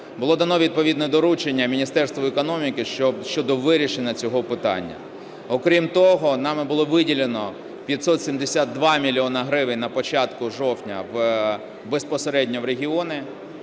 Було дано відповідне доручення Міністерству економіки щодо вирішення цього питання. Окрім того нами було виділено 572 мільйони гривень на початку жовтня безпосередньо в регіони.